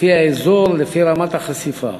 לפי האזור, לפי רמת החשיפה.